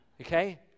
Okay